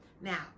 Now